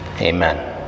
Amen